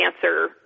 cancer